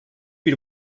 bir